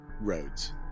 roads